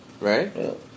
Right